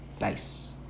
Nice